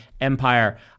Empire